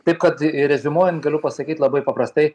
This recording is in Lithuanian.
taip kad reziumuojan galiu pasakyt labai paprastai